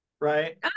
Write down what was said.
right